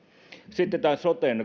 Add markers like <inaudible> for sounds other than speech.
sitten tämä soten <unintelligible>